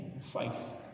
faith